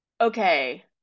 okay